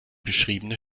beschriebene